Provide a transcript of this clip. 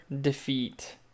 defeat